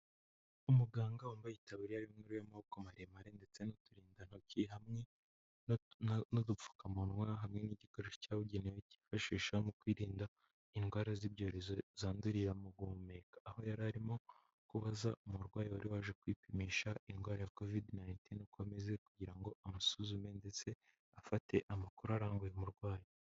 Umuganga wambaye itaburiya y'amaboko maremare, ndetse n'uturindantoki, hamwe n'udupfukamunwa, hamwe n'igikoresho cyabugenewe, cyifashishwa mu kwirinda indwara z'ibyorezo zandurira mu guhumeka, aho yari arimo kubaza umurwayi wari waje kwipimisha indwara ya covid nineteen uko ameze, kugira ngo amusuzume ndetse afate amakuru arambuye ku murwayi.